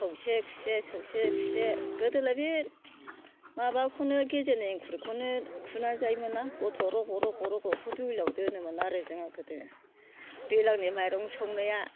सौसे खुसे सौसे खुसे गोदोलाय बे माबाखौनो गेजेरनि एंखुरखौनो खुनानै जायोमोन ना कथ' रग' रग' रग' दुलिआव दोनोमोन आरो जोङो गोदो दैज्लांनि माइरं सौनाया